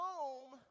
Home